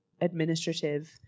administrative